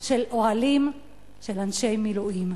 של אוהלים של אנשי מילואים.